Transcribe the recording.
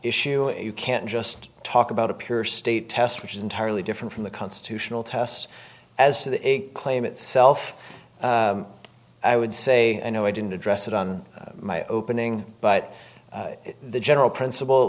issue you can't just talk about a pure state test which is entirely different from the constitutional test as to the claim itself i would say you know i didn't address it on my opening but the general principle at